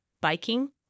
biking